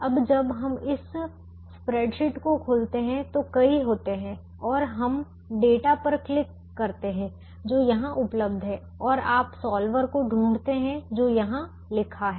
अब जब हम इस स्प्रेडशीट को खोलते हैं तो कई होते हैं और हम डेटा पर क्लिक करते हैं जो यहाँ उपलब्ध है और आप सॉल्वर को ढूंढते हैं जो यहाँ लिखा है